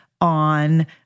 on